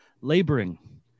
laboring